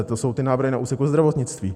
To jsou ty návrhy na úseku zdravotnictví.